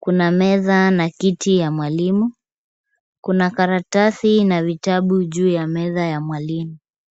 Kuna meza na kiti ya mwalimu. Kuna karatasi na vitabu juu ya meza ya mwalimu.